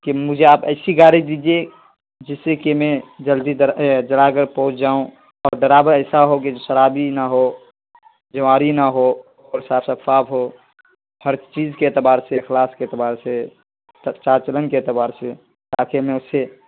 کہ مجھے آپ ایسی گاڑی دیجیے جس سے کہ میں جلدی جلال گڑھ پہنچ جاؤں اور ڈرائیور ایسا ہو کہ شرابی نہ ہو جواری نہ ہو اور صاف شفاف ہو ہر چیز کے اعتبار سے اخلاق کے اعتبار سے چال چلن کے اعتبار سے تاکہ میں اسے